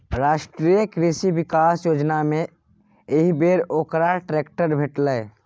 राष्ट्रीय कृषि विकास योजनामे एहिबेर ओकरा ट्रैक्टर भेटलै